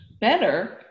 Better